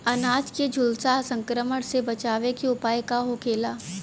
अनार के झुलसा संक्रमण से बचावे के उपाय का होखेला?